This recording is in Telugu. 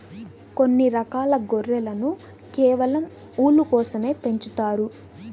కొన్ని రకాల గొర్రెలను కేవలం ఊలు కోసమే పెంచుతారు